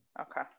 Okay